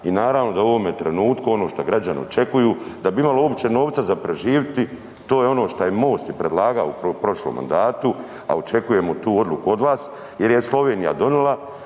i naravno da u ovome trenutku ono što građani očekuju da bi imali uopće novca za preživiti, to je ono šta je MOST i predlagao u prošlom mandatu, a očekujemo tu odluku od vas jer je Slovenija donijela,